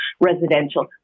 residential